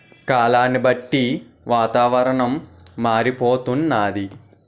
కాలాన్ని బట్టి వాతావరణం మారిపోతన్నాది